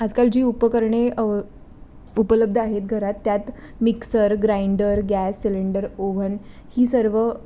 आजकाल जी उपकरणे अव उपलब्ध आहेत घरात त्यात mixer grinder gas cylinder oven ही सर्व